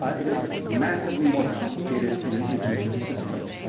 it is massively more complicated in an agentive system,